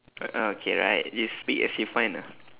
uh okay right you speak as you find a